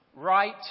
Right